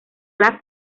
las